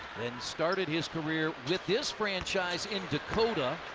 then started his career with this franchise in dakota.